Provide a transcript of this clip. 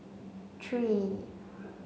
three